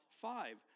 five